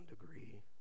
degree